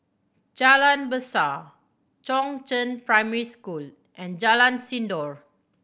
Jalan Besar Chongzheng Primary School and Jalan Sindor